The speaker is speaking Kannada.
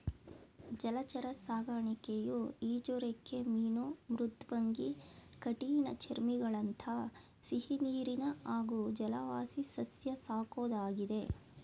ಜಲಚರ ಸಾಕಣೆಯು ಈಜುರೆಕ್ಕೆ ಮೀನು ಮೃದ್ವಂಗಿ ಕಠಿಣಚರ್ಮಿಗಳಂಥ ಸಿಹಿನೀರಿನ ಹಾಗೂ ಜಲವಾಸಿಸಸ್ಯ ಸಾಕೋದಾಗಿದೆ